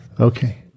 Okay